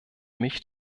mich